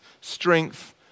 strength